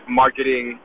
marketing